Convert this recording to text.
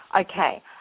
Okay